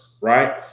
Right